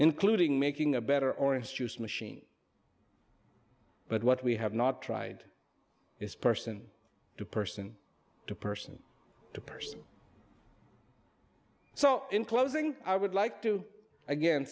including making a better orange juice machine but what we have not tried is person to person to person to person so in closing i would like to again